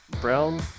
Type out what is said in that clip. Brown